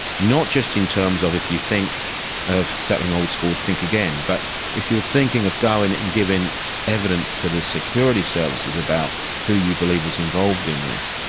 not just in terms of if you think of settling old scores, think again', but if you're thinking of going and giving evidence to the security services about who you believe was involved in this,